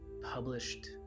published